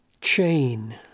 chain